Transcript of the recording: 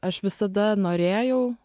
aš visada norėjau